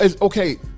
okay